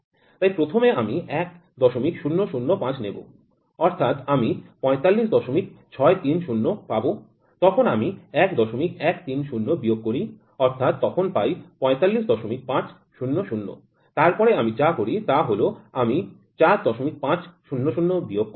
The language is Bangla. তাই প্রথমে আমি ১০০৫ নেব অর্থাৎ আমি ৪৫৬৩০ পাব তখন আমি ১১৩০ বিয়োগ করি অর্থাৎ তখন পাই ৪৪৫০০ তারপরে আমি যা করি তা হল আমি ৪৫০০ বিয়োগ করি